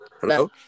Hello